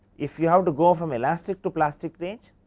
if you have to go from elastic to plastic range,